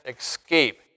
escape